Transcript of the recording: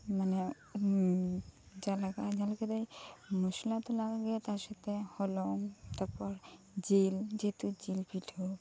ᱢᱟᱱᱮ ᱡᱮ ᱞᱮᱠᱟ ᱧᱮᱞ ᱠᱤᱫᱟᱹᱧ ᱢᱚᱥᱞᱟ ᱛᱚ ᱞᱟᱜᱟᱜ ᱜᱮᱭᱟ ᱛᱟ ᱥᱟᱛᱮ ᱦᱚᱞᱚᱝ ᱛᱟ ᱯᱚᱨ ᱡᱤᱞ ᱡᱮᱛᱮᱛᱩ ᱡᱤᱞᱯᱤᱴᱷᱟᱹ